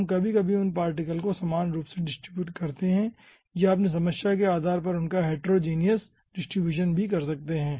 हम कभी कभी उन पार्टिकल को समान रूप से डिस्ट्रीब्यूट करते हैं या आप अपनी समस्या के आधार पर उनका हेट्रोजेनियस डिस्ट्रीब्यूशन भी कर सकते हैं